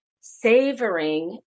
Savoring